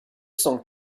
cent